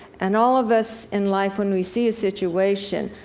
and all of us in life, when we see a situation,